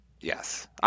Yes